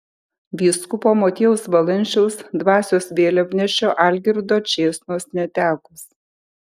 vyskupo motiejaus valančiaus dvasios vėliavnešio algirdo čėsnos netekus